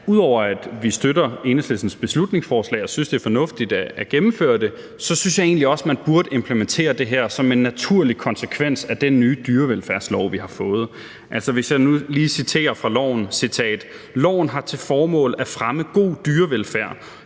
ud over at vi støtter Enhedslistens beslutningsforslag og synes, at det er fornuftigt at gennemføre det, så synes jeg egentlig også, man burde implementere det her som en naturlig konsekvens af den nye dyrevelfærdslov, vi har fået. Jeg vil lige citere fra loven: »Loven har til formål at fremme god dyrevelfærd,